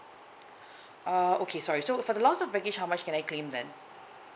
uh okay sorry so for the loss of baggage how much can I claim then